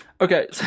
okay